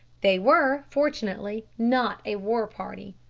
they were, fortunately, not a war-party,